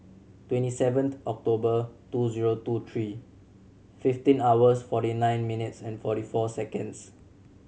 twenty seven October two zero two three fifteen hours forty nine minutes and forty four seconds